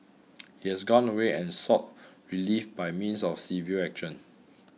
he has gone away and sought relief by means of civil action